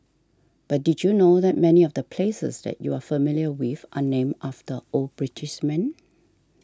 but did you know that many of the places that you're familiar with are named after old British men